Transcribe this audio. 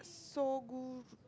Sogu